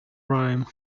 rhyme